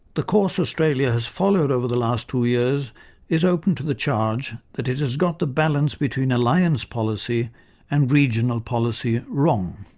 the course australia has followed over the last two years is open to the charge that it has got the balance between alliance policy and regional policy wrong.